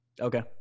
Okay